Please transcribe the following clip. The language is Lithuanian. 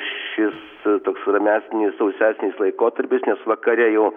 šis toks ramesnis sausesnis laikotarpis nes vakare jau